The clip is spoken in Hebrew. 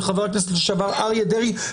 וחה"כ לשעבר אריה דרעי,